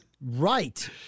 Right